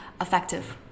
effective